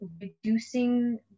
reducing